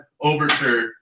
overture